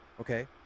Okay